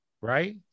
right